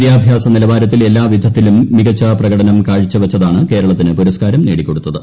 വിദ്യാഭ്യാസ നിലവാരത്തിൽ എല്ലാ വിധത്തിലും മികച്ച പ്രകടനം കാഴ്ച വച്ചതാണ് കേരളത്തിന് പുരസ്കാരം നേടിക്കൊടുത്തത്